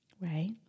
right